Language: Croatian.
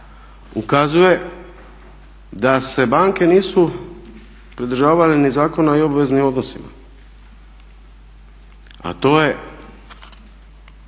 ukazuje da se banke nisu pridržavale ni Zakona o obveznim odnosima, a to je